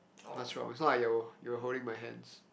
what's wrong is not like you you were holding my hands